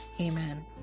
Amen